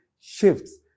shifts